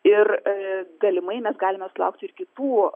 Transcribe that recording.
ir galimai mes galime sulaukti ir kitų